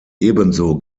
ebenso